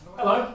Hello